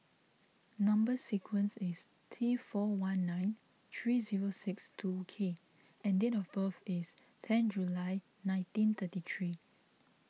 Number Sequence is T four one nine three zero six two K and date of birth is ten July nineteen thirty three